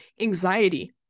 anxiety